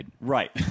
Right